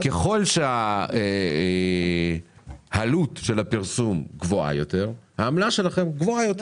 ככל שהעלות של הפרסום גבוהה יותר העמלה שלכם גבוהה שלכם.